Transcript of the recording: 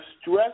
stress